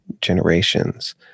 generations